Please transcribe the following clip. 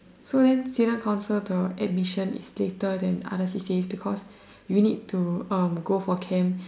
so then student council to admission is later than other C_C_A because you need to um go for camp